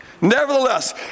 Nevertheless